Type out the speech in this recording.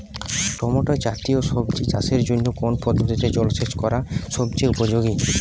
Tomato জাতীয় সবজি চাষের জন্য কোন পদ্ধতিতে জলসেচ করা সবচেয়ে উপযোগী?